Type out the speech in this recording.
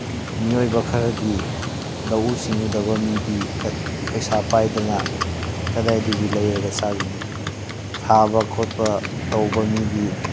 ꯃꯤꯑꯣꯏꯕ ꯈꯔꯗꯤ ꯂꯧꯎ ꯁꯤꯡꯎꯗꯕ ꯃꯤꯗꯤ ꯄꯩꯁꯥ ꯄꯥꯏꯗꯅ ꯀꯗꯥꯏꯗꯒꯤ ꯂꯩꯔꯒ ꯆꯥꯔꯨꯅꯤ ꯊꯥꯕ ꯈꯣꯠꯄ ꯇꯧꯕ ꯃꯤꯗꯤ